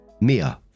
Mia